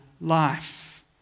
life